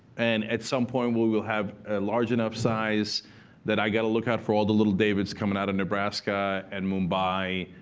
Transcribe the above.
and at some point, we will have a large enough size that i gotta look out for all the little david's coming out of nebraska, and mumbai,